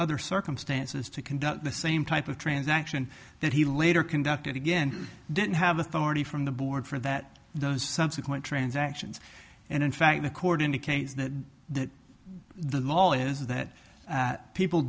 other circumstances to conduct the same type of transaction that he later conducted again didn't have authority from the board for that those subsequent transactions and in fact the court indicates that the law is that people